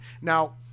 now